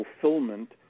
fulfillment